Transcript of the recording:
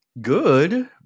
good